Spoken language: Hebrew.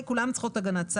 יכול להיות